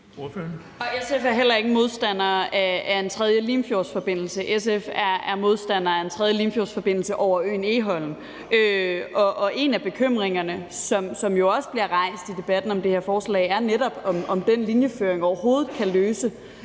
SF er heller ikke modstandere af en tredje Limfjordsforbindelse. SF er modstandere af en tredje Limfjordsforbindelse over øen Egholm. En af bekymringerne, som jo også bliver rejst i debatten om det her for forslag, er netop, om den linjeføring overhovedet kan løse